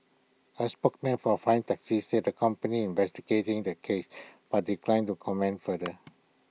A spokesman for A prime taxi said the company investigating the case but declined to comment further